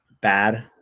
bad